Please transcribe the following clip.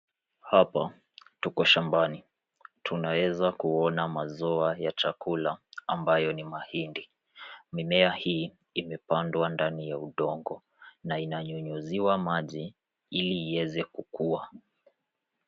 Hapa tuko shambani. Tunaeza kuona mazao ya chakula ambayo ni mahindi. Mimea hii imepandwa ndani ya udongo na inanyunyuziwa maji ili iweze kukua.